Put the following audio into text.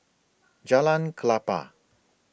Jalan Klapa